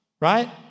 right